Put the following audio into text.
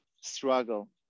struggle